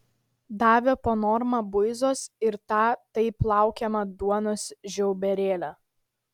davė po normą buizos ir tą taip laukiamą duonos žiauberėlę